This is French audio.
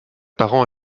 parents